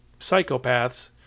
psychopaths